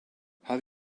have